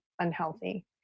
unhealthy